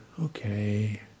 okay